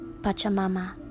Pachamama